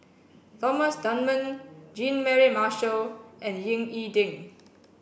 Thomas Dunman Jean Mary Marshall and Ying E Ding